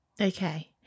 Okay